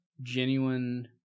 genuine